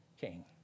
king